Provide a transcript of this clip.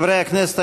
חברי הכנסת,